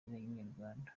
n’inyarwanda